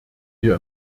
wir